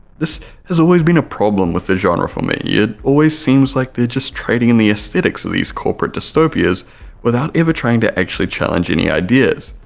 this has always been a problem with the genre for me. it always seems like they're just trading in the aesthetics of these corporate dystopias without ever trying to actually challenge any ideas,